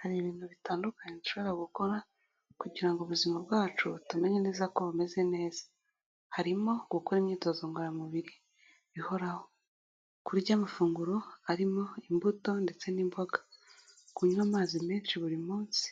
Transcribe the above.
Hari ibintu bitandukanye nshobora gukora kugira ubuzima bwacu tumenye neza ko bumeze neza, harimo gukora imyitozo ngoramubiri bihoraho kurya amafunguro arimo imbuto ndetse n'imboga, kunywa amazi menshi buri munsi